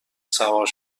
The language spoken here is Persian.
سوار